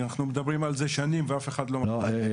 שאנחנו מדברים על זה שנים ואף אחד לא --- לאה,